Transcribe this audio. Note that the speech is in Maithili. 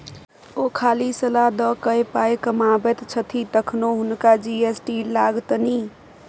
ओ खाली सलाह द कए पाय कमाबैत छथि तखनो हुनका जी.एस.टी लागतनि